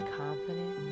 confident